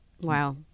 Wow